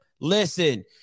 Listen